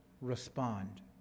respond